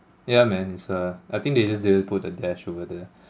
yeah man it's uh I think they just didn't put the dash over there